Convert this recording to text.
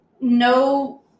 no